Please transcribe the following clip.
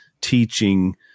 teaching